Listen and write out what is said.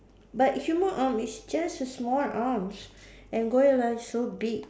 but human arm is just a small arms and gorilla is so big